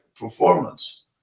performance